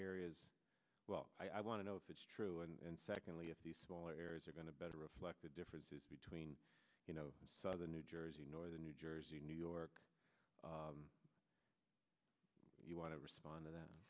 areas well i want to know if it's true and secondly if the small areas are going to better reflect the differences between you know southern new jersey northern new jersey new york if you want to respond to th